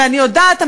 ואני יודעת,